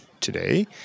today